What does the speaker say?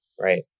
right